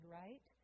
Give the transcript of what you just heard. right